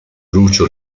lucio